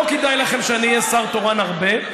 לא כדאי לכם שאני אהיה שר תורן הרבה,